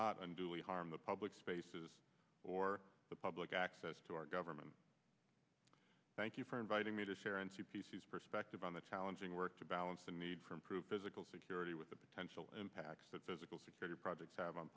not unduly harm the public spaces or the public access to our government thank you for inviting me to share and see p c s perspective on the challenging work to balance the need for improved physical security with the potential impacts that physical security projects have on